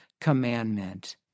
commandment